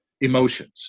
emotions